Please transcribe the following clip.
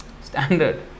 standard